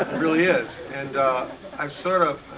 ah really is, and i sort of.